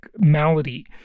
malady